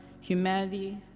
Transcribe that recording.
humanity